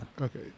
Okay